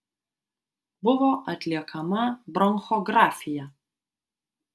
buvo atliekama bronchografija